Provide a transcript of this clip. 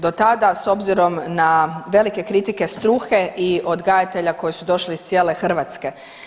Do tada, s obzirom na velike kritike struke i odgajatelja koji su došli iz cijele Hrvatske.